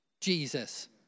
Jesus